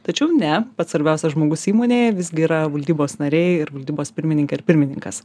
tačiau ne pats svarbiausias žmogus įmonėje visgi yra valdybos nariai ir valdybos pirmininkė ir pirmininkas